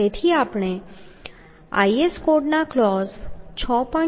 તેથી આપણે IS કોડના ક્લોઝ 6